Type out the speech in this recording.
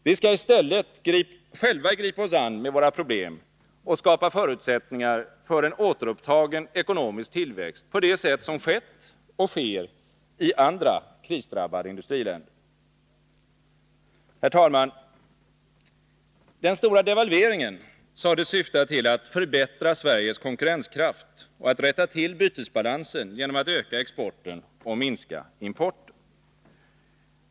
Vi skall i stället själva gripa oss an med våra problem och skapa förutsättningar för en återupptagen ekonomisk tillväxt på det sätt som skett, och sker, i andra krisdrabbade industriländer. Herr talman! Den stora devalveringen sades syfta till att förbättra Sveriges konkurrenskraft och att rätta till bytesbalansen genom att öka exporten och minska importen.